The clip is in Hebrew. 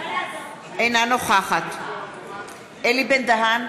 אינה נוכחת אלי בן-דהן,